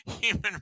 human